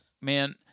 man